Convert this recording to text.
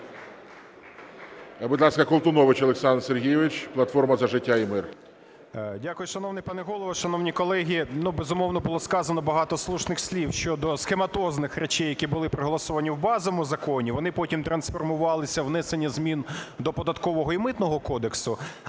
Дякую. Шановний пане Голово, шановні колеги! Ну, безумовно, було сказано багато слушних слів щодо схематозних речей, які були проголосовані в базовому законі, вони потім трансформувалися у внесення змін до Податкового і Митного кодексу.